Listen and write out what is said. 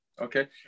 Okay